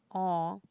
!aww!